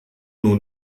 nun